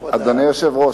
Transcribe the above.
היושב-ראש,